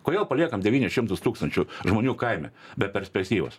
kodėl paliekam devynis šimtus tūkstančių žmonių kaime be perspektyvos